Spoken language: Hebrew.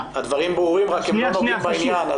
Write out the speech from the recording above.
הדברים ברורים, רק הם לא נוגעים בעניין.